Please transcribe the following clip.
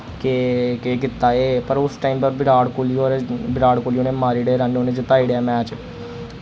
के केह् कीत्ता एह् पर उस टाइम पर विराट कोहली और विराट कोहली उ'नै मारिड़े रन उ'नै जिताई ओड़ेआ मैच